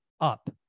up